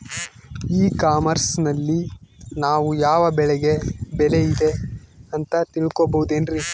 E commerce ನಲ್ಲಿ ನಾವು ಯಾವ ಬೆಳೆಗೆ ಬೆಲೆ ಇದೆ ಅಂತ ತಿಳ್ಕೋ ಬಹುದೇನ್ರಿ?